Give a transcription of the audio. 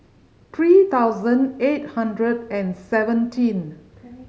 three thousand eight hundred and seventeen